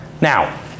Now